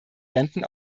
renten